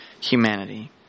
humanity